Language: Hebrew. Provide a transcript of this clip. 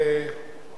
כי הייתי שם,